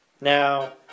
Now